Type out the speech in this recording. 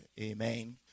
amen